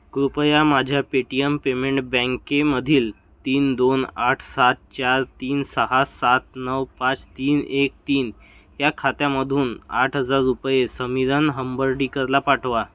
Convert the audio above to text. कृपया माझ्या Paytm payment बँकेमधील तीन दोन आठ सात चार तीन सहा सात नऊ पाच तीन एक तीन या खात्यामधून आठ हजार रुपये समीरन हंबर्डीकरला पाठवा